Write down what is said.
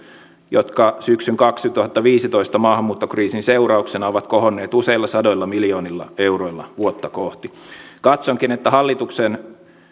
jotka syksyn kaksituhattaviisitoista maahanmuuttokriisin seurauksena ovat kohonneet useilla sadoilla miljoonilla euroilla vuotta kohti katsonkin että hallituksen